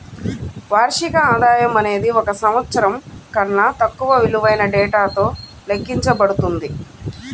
వార్షిక ఆదాయం అనేది ఒక సంవత్సరం కన్నా తక్కువ విలువైన డేటాతో లెక్కించబడుతుంది